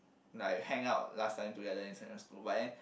like hang out last time together in secondary school but then